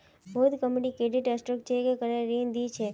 बहुत company credit score check करे ऋण दी छेक